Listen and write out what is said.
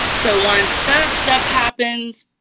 so once that step happens,